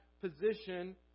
position